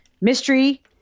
Mystery